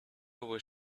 was